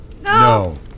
No